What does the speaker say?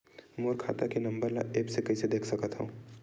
मोर खाता के नंबर ल एप्प से कइसे देख सकत हव?